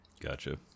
gotcha